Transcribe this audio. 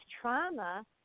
trauma